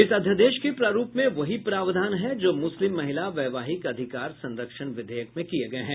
इस अध्यादेश के प्रारूप में वही प्रावधान हैं जो मुस्लिम महिला वैवाहिक अधिकार संरक्षण विधेयक में किये गये हैं